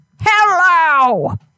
Hello